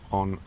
on